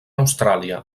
austràlia